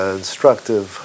instructive